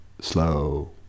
slow